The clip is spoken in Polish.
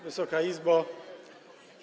Wysoka Izbo!